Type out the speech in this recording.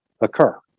occur